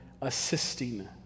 assisting